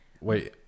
Wait